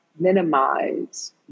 minimize